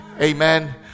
Amen